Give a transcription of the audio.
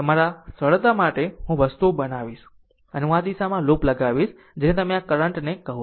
તમારા સરળતા માટે હું વસ્તુઓ બનાવીશ અને હું આ દિશામાં લૂપ લગાવીશ જેને તમે આ કરંટ ને કહો છો